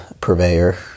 purveyor